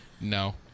no